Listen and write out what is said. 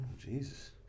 Jesus